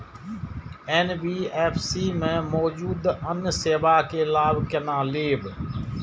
NBFC में मौजूद अन्य सेवा के लाभ केना लैब?